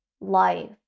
life